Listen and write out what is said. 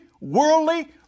worldly